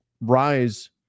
rise